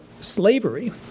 slavery